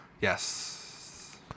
Yes